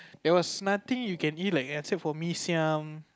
there was nothing you can eat like let's say for mee-siam